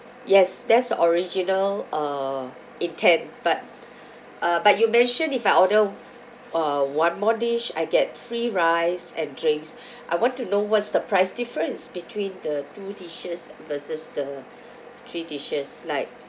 yes that's the original uh intent but uh but you mentioned if I order uh one more dish I get free rice and drinks I want to know what's the price difference between the two dishes versus the three dishes like